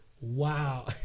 Wow